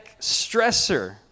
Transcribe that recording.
stressor